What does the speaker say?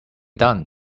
done